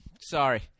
Sorry